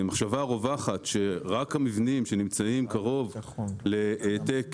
שהמחשבה הרווחת שרק המבנים שנמצאים קרוב להעתק